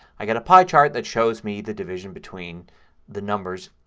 i get a pie chart that shows me the division between the numbers.